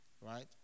right